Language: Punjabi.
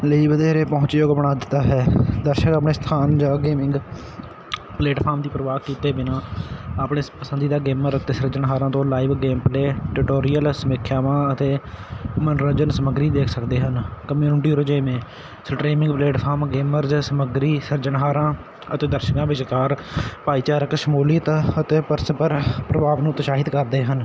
ਲਈ ਵਧੇਰੇ ਪਹੁੰਚ ਯੋਗ ਬਣਾ ਦਿੱਤਾ ਹੈ ਦਰਸ਼ਕ ਆਪਣੇ ਸਥਾਨ ਜਾਂ ਗੇਮਿੰਗ ਪਲੇਟਫਾਰਮ ਦੀ ਪਰਵਾਹ ਕੀਤੇ ਬਿਨਾਂ ਆਪਣੇ ਸ ਪਸੰਦੀਦਾ ਗੇਮਰ ਅਤੇ ਸਿਰਜਣਹਾਰਾਂ ਤੋਂ ਲਾਈਵ ਗੇਮ ਪਲੇ ਟਿਊਟੋਰੀਅਲ ਸਮੀਖਿਆਮਾਂ ਅਤੇ ਮਨੋਰੰਜਨ ਸਮੱਗਰੀ ਦੇਖ ਸਕਦੇ ਹਨ ਕਮਿਊਨਟੀ ਰੁਝੇਵੇਂ ਸਟ੍ਰੀਮਿੰਗ ਪਲੇਟਫਾਰਮ ਗੇਮਰ ਜਾਂ ਸਮੱਗਰੀ ਸਿਰਜਣਹਾਰਾਂ ਅਤੇ ਦਰਸ਼ਕਾਂ ਵਿੱਚਕਾਰ ਭਾਈਚਾਰਕ ਸ਼ਮੂਲੀਅਤ ਅਤੇ ਪਰਸਪਰ ਪ੍ਰਭਾਵ ਨੂੰ ਉਤਸ਼ਾਹਿਤ ਕਰਦੇ ਹਨ